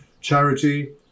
Charity